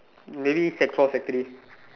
maybe sec four sec three